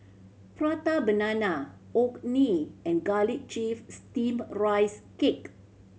Prata Banana Orh Nee and garlic chive steamed a rice cake